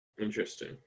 interesting